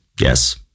yes